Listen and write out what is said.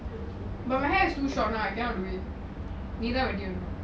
but my hair is too short now I cannot do it நீ தான் வெட்டி விடணும்:nee thaan vetti vidanum